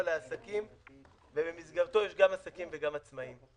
לעסקים ובמסגרתו יש גם עסקים וגם עצמאים.